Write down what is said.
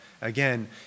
Again